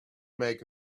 make